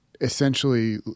essentially